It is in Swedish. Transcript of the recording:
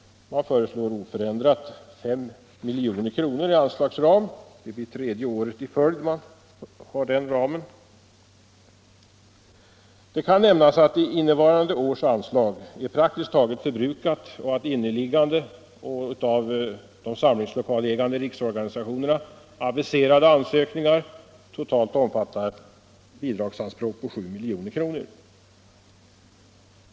Man föreslår oförändrat 5 milj.kr. Det blir tredje året i följd man har den ramen. Det kan nämnas att innevarande års anslag är praktiskt taget förbrukat och att inneliggande och av de samlingslokalägande riksorganisationerna aviserade ansökningar totalt omfattar bidragsanspråk om 7 milj.kr.